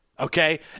Okay